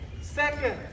Second